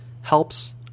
helps